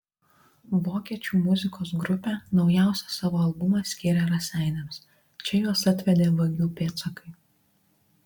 vokiečių muzikos grupė naujausią savo albumą skyrė raseiniams čia juos atvedė vagių pėdsakai